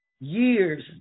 years